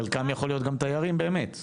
חלקם יכולים להיות גם תיירים באמת.